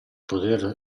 poter